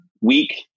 week